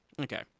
Okay